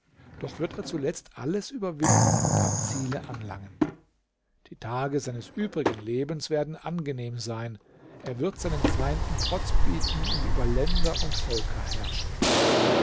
doch wird er zuletzt alles überwinden und am ziele anlangen die tage seines übrigen lebens werden angenehm sein er wird seinen feinden trotz bieten und über länder und völker herrschen